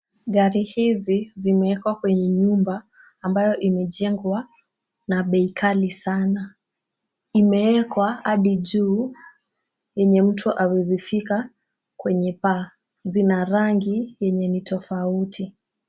Gari hizi zimewekwa kwenye nyumba ambayo imechengwa na bei ghali, sana imewekwa Hadi juu yenye mtu hawezi fika kwenye paa zina rangi zenye ni tafauti